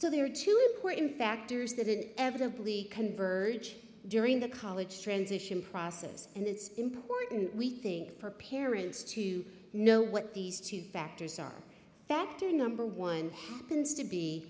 so there are two important factors that an evidently converge during the college transition process and it's important we think for parents to know what these two factors are factor number one happens to be